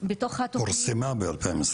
פורסמה ב-2021.